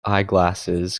eyeglasses